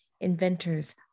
inventors